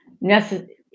necessary